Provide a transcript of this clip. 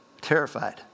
terrified